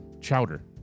chowder